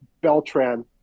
Beltran